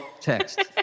text